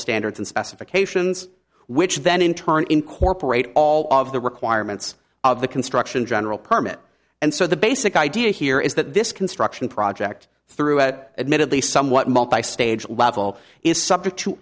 standards and specifications which then in turn incorporate all of the requirements of the construction general permit and so the basic idea here is that this construction project through at admittedly somewhat multi stage level is subject to